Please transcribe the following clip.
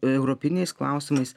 europiniais klausimais